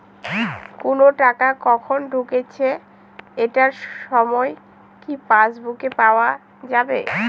কোনো টাকা কখন ঢুকেছে এটার সময় কি পাসবুকে পাওয়া যাবে?